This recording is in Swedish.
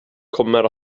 kommer